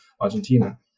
argentina